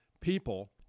people